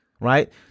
Right